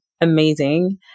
amazing